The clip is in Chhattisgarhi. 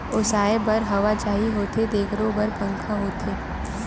ओसाए बर हवा चाही होथे तेखरो बर पंखा होथे